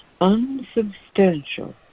unsubstantial